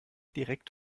direkt